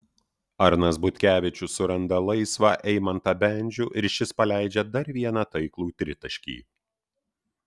arnas butkevičius suranda laisvą eimantą bendžių ir šis paleidžia dar vieną taiklų tritaškį